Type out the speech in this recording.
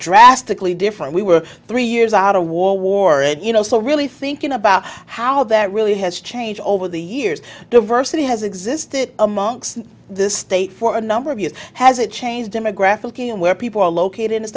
drastically different we were three years out of war war and you know so really thinking about how that really has changed over the years diversity has existed among this state for a number of years has it changed demographically and where people are located in